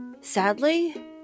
Sadly